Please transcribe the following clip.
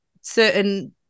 certain